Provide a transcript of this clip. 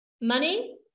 Money